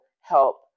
help